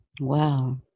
Wow